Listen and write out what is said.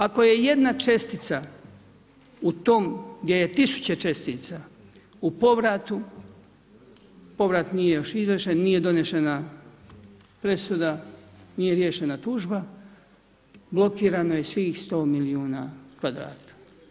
Ako je jedna čestica u tom gdje je tisuće čestica u povratu, povrat nije još izvršen, nije donešena presuda, nije riješena tužba, blokirano je svih sto milijuna kvadrata.